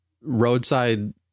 roadside